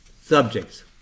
subjects